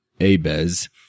Abes